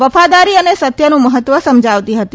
વફાદારી અને સત્યનું મહત્વ સમજાવતી હતી